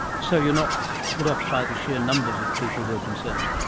so you're not put off by the sheer numbers of people who are concerned?